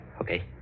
okay